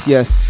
Yes